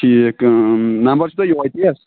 ٹھیٖک نمبر چھُو تۄہہِ یہوے تہِ حظ